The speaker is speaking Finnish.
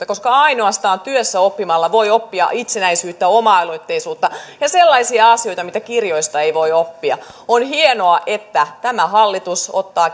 koska ainoastaan työssä oppimalla voi oppia itsenäisyyttä oma aloitteisuutta ja sellaisia asioita mitä kirjoista ei voi oppia on hienoa että tämä hallitus ottaa